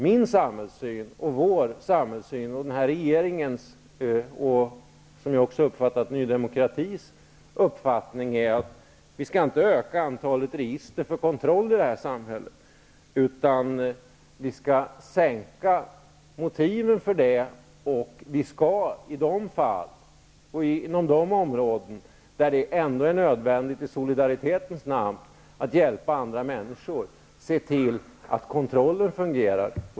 Min samhällssyn, vår samhällssyn, den nuvarande regeringens och som jag uppfattat det även Ny demokratis samhällssyn är att vi inte skall öka antalet register för kontroll i det svenska samhället. Vi skall i stället minska motiven för att ha kontroller, och i de fall och inom de områden där det ändå är nödvändigt i solidaritetens namn att hjälpa andra människor skall vi se till att kontrollen fungerar.